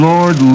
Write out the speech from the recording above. Lord